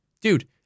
Dude